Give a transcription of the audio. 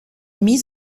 mis